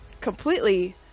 completely